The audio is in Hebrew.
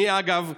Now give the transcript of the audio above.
אני, אגב,